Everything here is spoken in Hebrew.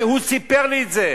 הוא סיפר לי את זה.